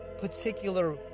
particular